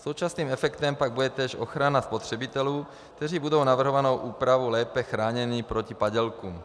Současným efektem pak bude též ochrana spotřebitelů, kteří budou navrhovanou úpravou lépe chráněni proti padělkům.